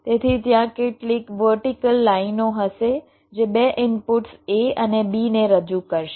તેથી ત્યાં કેટલીક વર્ટીકલ લાઈનઓ હશે જે બે ઇનપુટ્સ A અને B ને રજૂ કરશે